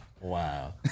Wow